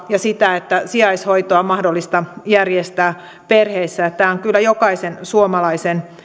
ja sitä että sijaishoitoa on mahdollista järjestää perheissä tämä on kyllä jokaisen suomalaisen